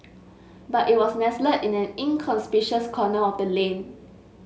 but it was nestled in an inconspicuous corner of the lane